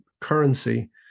currency